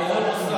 חברת הכנסת